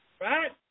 Right